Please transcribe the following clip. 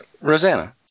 Rosanna